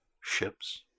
Ships